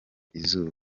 izuba